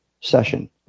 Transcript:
session